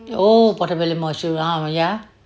oo portobello mushroom ah ya